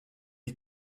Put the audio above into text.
est